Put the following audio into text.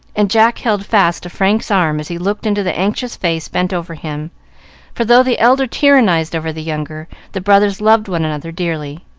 and jack held fast to frank's arm as he looked into the anxious face bent over him for, though the elder tyrannized over the younger, the brothers loved one another dearly.